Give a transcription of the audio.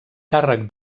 càrrec